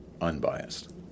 unbiased